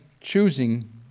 choosing